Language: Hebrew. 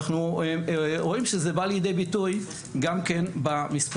ואנחנו רואים שזה בא לידי ביטוי גם כן במספרים.